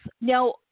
Now